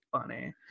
funny